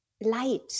light